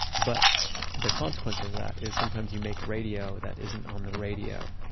but the consequence of that is sometimes you make radio that isn't on the radio,